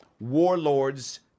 Warlords